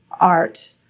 art